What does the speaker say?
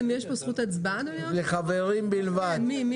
2 ההסתייגות של חבר הכנסת מקלב לסעיף 3